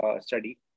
study